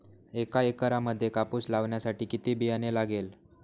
एका एकरामध्ये कापूस लावण्यासाठी किती बियाणे लागेल?